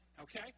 okay